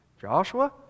Joshua